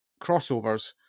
crossovers